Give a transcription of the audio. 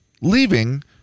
leaving